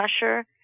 pressure